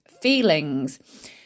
feelings